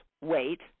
wait